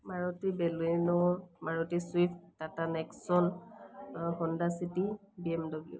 Maruti Baleno Maruti swift Tata Nexon Honda city BMW